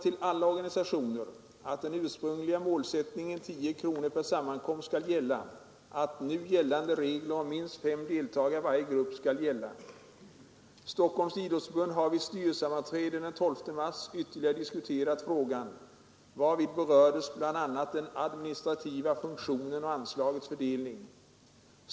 I skrivelsen krävs: att den ursprungliga målsättningen — 10 kr per sammankomst — skall gälla; att nu gällande regler om minst fem deltagare i varje grupp skall gälla.” ”Stockholms Idrottsförbund har vid styrelsesammanträde den 12 mars ytterligare diskuterat” ——— frågan ——— ”varvid berördes bl.a. den administrativa funktionen och anslagets fördelning.